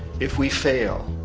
if we fail,